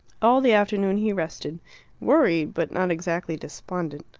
all the afternoon he rested worried, but not exactly despondent.